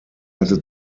hatte